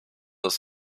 ist